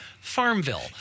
Farmville